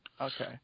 Okay